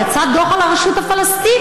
יצא דוח על הרשות הפלסטינית,